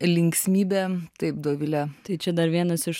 linksmybe taip dovile